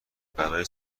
برای